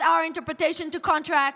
not our interpretation to contracts,